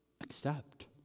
accept